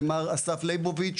ומר אסף לייבוביץ,